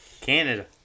Canada